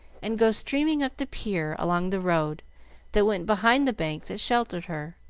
and go streaming up the pier along the road that went behind the bank that sheltered her.